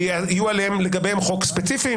שיהיה לגביהם חוק ספציפי.